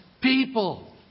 people